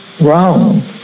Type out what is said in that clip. wrong